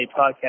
podcast